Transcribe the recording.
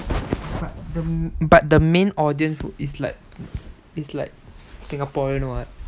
but the but the main audience would be is like is like singaporeans [what]